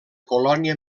colònia